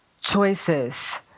choices